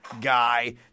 guy